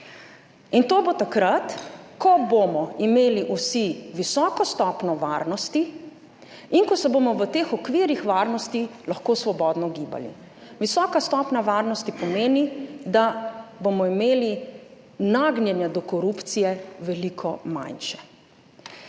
In to bo takrat, ko bomo imeli vsi visoko stopnjo varnosti in ko se bomo v teh okvirih varnosti lahko svobodno gibali. Visoka stopnja varnosti pomeni, da bomo imeli nagnjenje do korupcije veliko manjše.